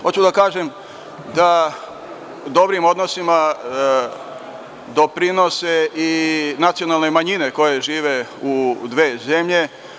Hoću da kažem da dobrim odnosima doprinose i nacionalne manjine koje žive u dve zemlje.